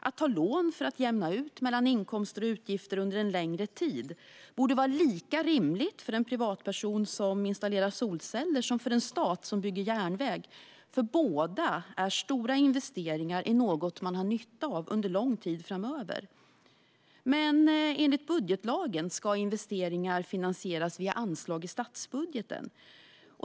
Att ta lån för att jämna ut mellan inkomster och utgifter under en längre tid borde vara lika rimligt för en privatperson som installerar solceller som för en stat som bygger järnväg. Båda är stora investeringar i något man har nytta av under lång tid framöver. Men enligt budgetlagen ska investeringar finansieras via anslag i statsbudgeten.